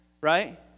right